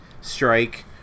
strike